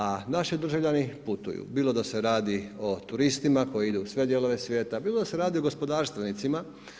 A naši državljani putuju, bilo da se radi o turistima, koji idu u sve dijelove svijeta, bilo da se radi o gospodarstvenicima.